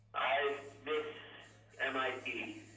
i miss mit,